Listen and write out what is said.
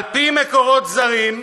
על-פי מקורות זרים,